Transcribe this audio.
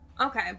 Okay